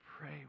Pray